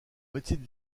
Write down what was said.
médecine